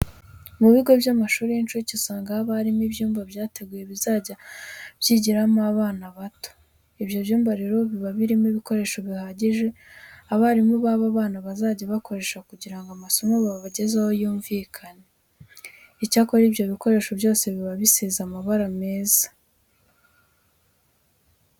Mu bigo by'amashuri y'incuke usanga haba harimo ibyumba bateguye bizajya byigiramo abana bato. Ibyo byumba rero biba birimo ibikoresho bihagije abarimu baba bana bazajya bakoresha kugira ngo amasomo babagezaho yumvikane. Icyakora ibyo bikoresho byose biba bisize amabara meza.